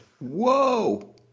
Whoa